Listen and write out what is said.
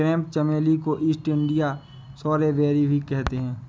crepe चमेली को East India rosebay भी कहते हैं